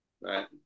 right